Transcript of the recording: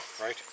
right